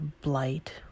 blight